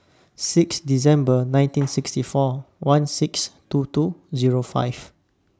six December nineteen sixty four one six two two Zero five